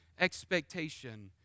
expectation